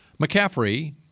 McCaffrey